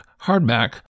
hardback